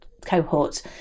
cohort